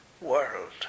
world